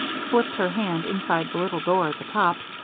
slipped her hand inside the little door at the top,